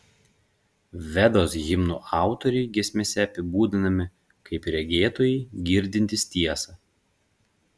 vedos himnų autoriai giesmėse apibūdinami kaip regėtojai girdintys tiesą